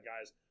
guys